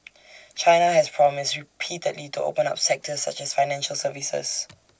China has promised repeatedly to open up sectors such as financial services